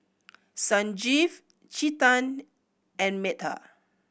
Sanjeev Chetan and Medha